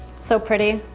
so pretty.